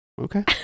Okay